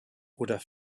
oder